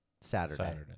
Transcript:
Saturday